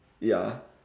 ya